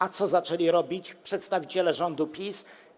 A co zaczęli robić przedstawiciele rządu PiS?